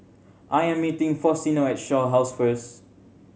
I'm meeting Faustino at Shaw House first